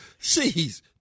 Jeez